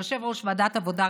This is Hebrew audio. יושב-ראש ועדת העבודה,